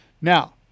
now